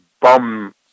bum